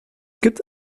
gibt